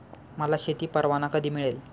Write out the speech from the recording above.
मला शेती परवाना कधी मिळेल?